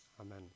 Amen